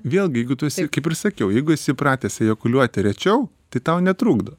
vėlgi jeigu tu esi kaip ir sakiau jeigu esi įpratęs ejakuliuoti rečiau tai tau netrukdo